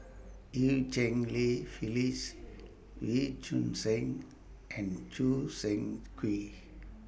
EU Cheng Li Phyllis Wee Choon Seng and Choo Seng Quee